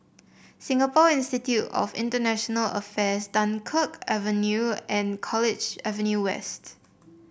Singapore Institute of International Affairs Dunkirk Avenue and College Avenue West